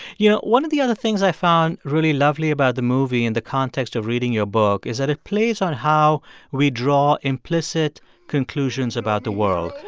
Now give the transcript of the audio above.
you know, one of the other things i found really lovely about the movie in the context of reading your book is that it plays on how we draw implicit conclusions about the world.